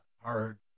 hard